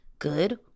Good